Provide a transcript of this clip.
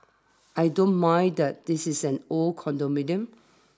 I don't mind that this is an old condominium